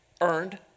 earned